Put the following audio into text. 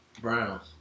Browns